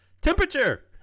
Temperature